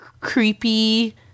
creepy